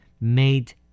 made